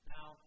Now